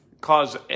cause